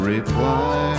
Reply